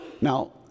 Now